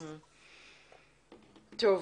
טוב.